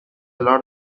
lot